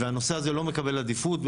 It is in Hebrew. והנושא הזה לא מקבל עדיפות,